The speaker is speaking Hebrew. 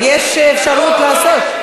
מה שקרה פה.